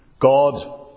God